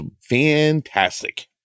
fantastic